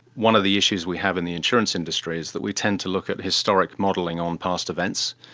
one of the issues we have in the insurance industry is that we tend to look at historic modelling on past events.